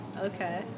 Okay